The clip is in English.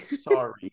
sorry